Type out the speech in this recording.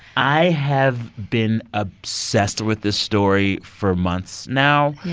i have been obsessed with this story for months now. yeah.